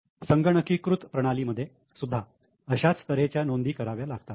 संगणकी कृत प्रणाली मध्ये सुद्धा अशाच तर्हेच्या नोंदी कराव्या लागतात